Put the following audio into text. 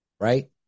right